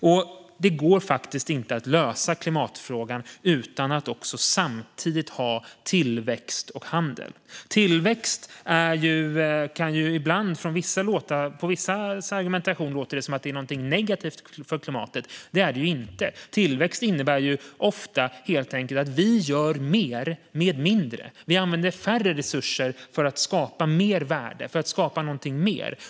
Och det går faktiskt inte att lösa klimatfrågan utan att samtidigt ha tillväxt och handel. I vissas argumentation kan det ibland låta som om tillväxt är någonting negativt för klimatet. Det är det inte. Tillväxt innebär ju ofta helt enkelt att vi gör mer med mindre. Vi använder färre resurser för att skapa mer värde, för att skapa någonting mer.